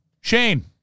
Shane